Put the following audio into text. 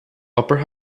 upper